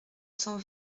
cent